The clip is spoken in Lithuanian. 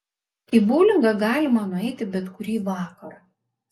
į boulingą galima nueiti bet kurį vakarą